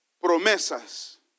promesas